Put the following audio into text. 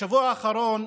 בשבוע האחרון,